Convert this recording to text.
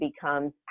becomes